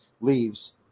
leaves